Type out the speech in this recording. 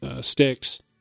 sticks